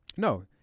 No